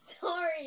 sorry